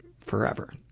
forever